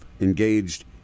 engaged